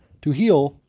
to heal,